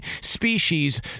species